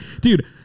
Dude